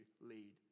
lead